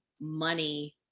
money